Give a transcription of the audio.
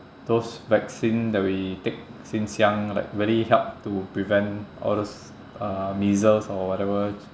those vaccine that we take since young like really help to prevent all those uh measles or whatever